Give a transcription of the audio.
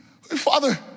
Father